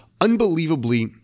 unbelievably